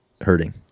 hurting